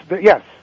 yes